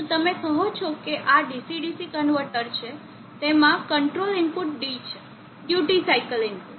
તો તમે કહો છો કે આ DC DC કન્વર્ટર છે તેમાં કંટ્રોલ ઇનપુટ D છે ડ્યુટી સાઇકલ ઇનપુટ